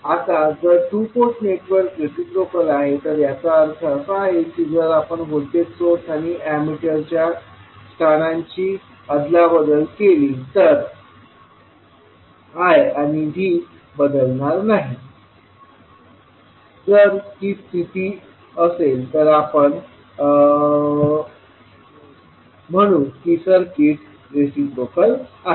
आता जर two port network reciprocal आहे तर याचा अर्थ असा की जर आपण व्होल्टेज सोर्स आणि एमिटरच्या स्थानांची आदलाबदल केली तर I आणि V बदलणार नाही जर ही स्थिती असेल तर आपण म्हणू की सर्किट रेसिप्रोकल आहे